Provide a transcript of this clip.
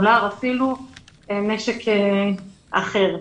אולר ואפילו נשק אחר.